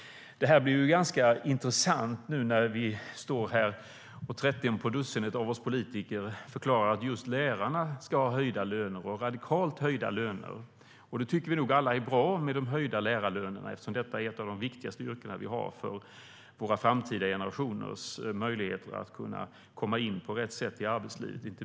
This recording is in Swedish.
Det blir ganska intressant när vi nu står här och 13 på dussinet av oss politiker förklarar att just lärarna ska ha radikalt höjda löner. Vi tycker nog alla att det är bra med de höjda lärarlönerna, eftersom det är ett av de viktigaste yrken vi har för våra framtida generationers möjligheter att inte minst kunna komma in på rätt sätt i arbetslivet.